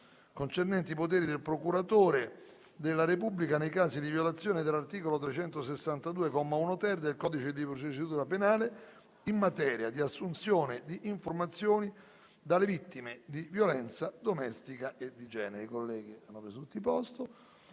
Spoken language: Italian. concernenti i poteri del procuratore della Repubblica nei casi di violazione dell'articolo 362, comma 1-ter, del codice di procedura penale, in materia di assunzione di informazioni dalle vittime di violenza domestica e di genere***